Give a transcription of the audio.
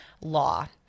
law